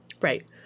Right